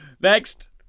Next